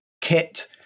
Kit